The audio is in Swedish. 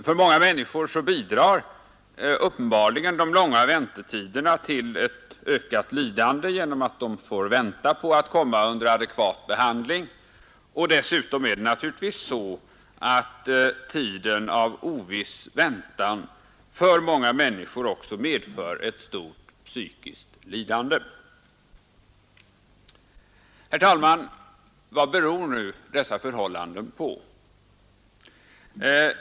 För många människor bidrar uppenbarligen de långa väntetiderna till ett ökat lidande genom att de får vänta på att komma under adekvat behandling. Dessutom är det naturligtvis så, att tiden av oviss väntan för många människor också medför ett stort psykiskt lidande. Herr talman! Vad beror nu dessa förhållanden på?